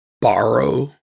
borrow